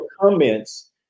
comments